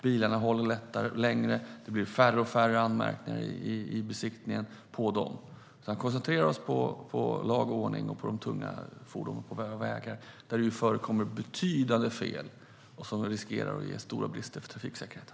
Bilarna håller längre, och det blir färre och färre anmärkningar på dem i besiktningen. Vi ska alltså i stället koncentrera oss på lag och ordning och de tunga fordonen på våra vägar. Där förekommer det betydande fel som riskerar att ge stora brister för trafiksäkerheten.